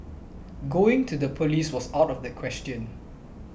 going to the police was out of the question